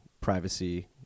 privacy